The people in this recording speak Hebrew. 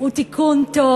הוא תיקון טוב.